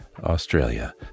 Australia